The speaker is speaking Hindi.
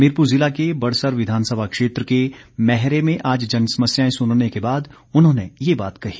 हमीरपुर ज़िला के बड़सर विधानसभा क्षेत्र के मैहरे में आज जनसमस्याएं सुनने के बाद उन्होंने ये बात कही